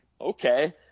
okay